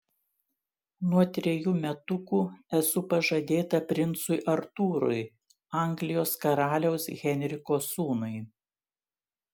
nuo trejų metukų esu pažadėta princui artūrui anglijos karaliaus henriko sūnui